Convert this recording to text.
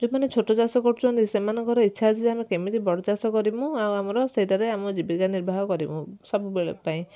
ଯେଉଁମାନେ ଛୋଟ ଚାଷ କରୁଛନ୍ତି ସେମାନଙ୍କର ଇଚ୍ଛା ଅଛି ଯେ ଆମେ କେମିତି ବଡ଼ ଚାଷ କରିମୁ ଆଉ ଆମର ସେଇଟାରେ ଆମ ଜୀବିକା ନିର୍ବାହ କରିମୁ ସବୁବେଳ ପାଇଁ